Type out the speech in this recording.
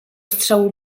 strzału